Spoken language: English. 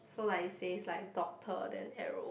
so like it says like doctor then arrow